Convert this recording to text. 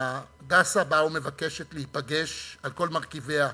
"הדסה" בא ומבקש להיפגש, על כל מרכיביו,